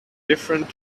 different